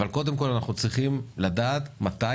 אבל קודם כול אנחנו צריכים לדעת מתי